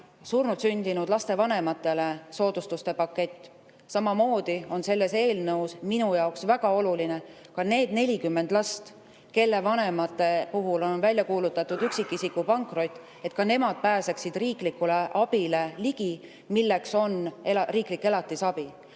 surnult sündinud laste vanematele soodustuste pakett. Samamoodi on selles eelnõus minu jaoks väga oluline see, et need 40 last, kelle vanemate puhul on välja kuulutatud üksikisiku pankrot, pääseksid samuti ligi riiklikule abile, milleks on riiklik elatisabi.